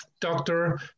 doctor